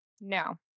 No